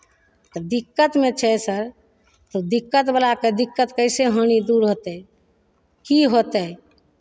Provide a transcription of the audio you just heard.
तब दिक्कतमे छै सर तऽ दिक्कतवलाकेँ दिक्कत कैसे हानि दूर होतै की होतै